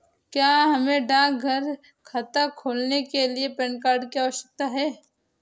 क्या हमें डाकघर में खाता खोलने के लिए पैन कार्ड की आवश्यकता है?